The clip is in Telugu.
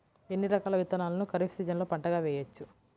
ఎన్ని రకాల విత్తనాలను ఖరీఫ్ సీజన్లో పంటగా వేయచ్చు?